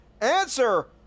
Answer